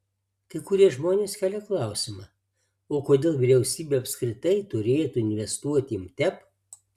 kai kurie žmonės kelia klausimą o kodėl vyriausybė apskritai turėtų investuoti į mtep